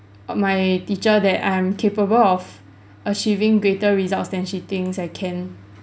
my teacher that I'm capable of achieving greater results than she thinks I can